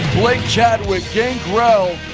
blake chadwick, gangrel